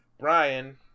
brian